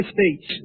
States